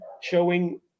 showing